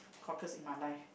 cockles in my life